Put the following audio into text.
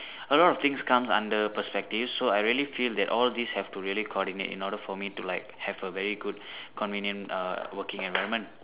a lot of things comes under perspective so I really feel that all these have to really coordinate in order for me to like have a very good convenient err working environment